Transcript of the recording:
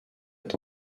est